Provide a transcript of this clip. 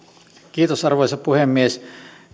kiitos arvoisa puhemies